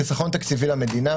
חיסכון תקציבי למדינה